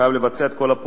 חייב לבצע את כל הפעולות,